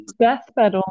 deathbed